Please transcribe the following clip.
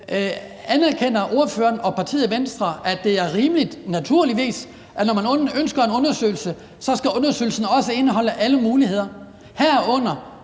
foreslå: Er ordføreren og partiet Venstre enige i, at det naturligvis er rimeligt, at når man ønsker en undersøgelse, skal undersøgelsen også indeholde alle muligheder, herunder